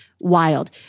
wild